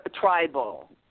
tribal